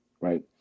Right